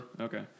Okay